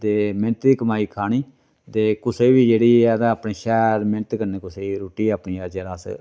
ते मैह्नत दी कमाई खानी ते कुसै ई बी जेह्ड़ी असें अपनी शैल मैह्नत कन्नै कुसै ई रुट्टी अपनी अस यरा अस